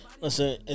Listen